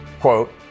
quote